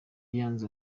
yanze